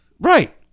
Right